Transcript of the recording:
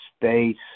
space